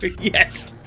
Yes